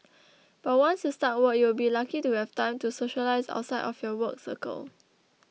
but once you start work you'll be lucky to have time to socialise outside of your work circle